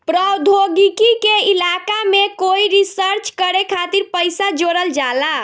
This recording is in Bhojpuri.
प्रौद्योगिकी के इलाका में कोई रिसर्च करे खातिर पइसा जोरल जाला